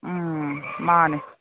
ꯎꯝ ꯃꯥꯅꯤ